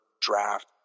draft